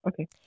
Okay